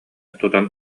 тутан